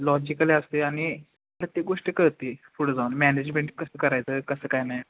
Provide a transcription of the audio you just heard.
logically असते आणि प्रत्येक गोष्टी कळते पुढं जाऊन मॅनेजमेंट कसं करायचं कसं काय नाही